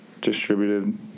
distributed